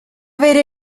wäre